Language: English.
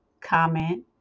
comment